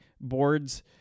boards